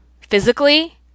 physically